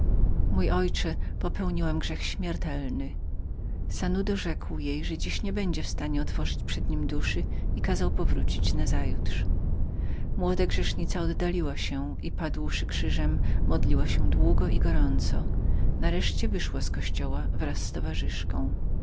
się nademną popełniłam grzech śmiertelny sanudo rzekł jej że dziś nie była w stanie otworzyć przed nim duszy i kazał powrócić nazajutrz młoda grzesznica oddaliła się klękła przed ołtarzem modliła się długo i gorąco i nareszcie wyszła z kościoła wraz z towarzyszką